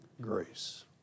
grace